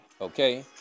okay